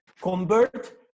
convert